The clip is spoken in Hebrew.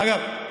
אגב,